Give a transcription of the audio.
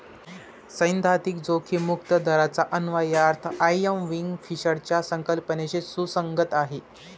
सैद्धांतिक जोखीम मुक्त दराचा अन्वयार्थ आयर्विंग फिशरच्या संकल्पनेशी सुसंगत आहे